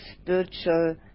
spiritual